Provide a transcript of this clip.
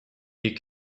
you